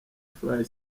fly